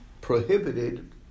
prohibited